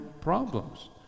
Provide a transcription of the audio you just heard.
problems